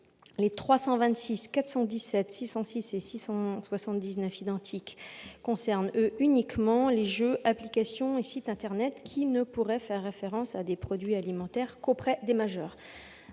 , 606 rectifié et 679 rectifié ils concernent uniquement les jeux, applications et sites internet, qui ne pourraient faire référence à des produits alimentaires qu'auprès des majeurs.